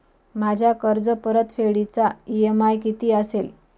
माझ्या कर्जपरतफेडीचा इ.एम.आय किती असेल?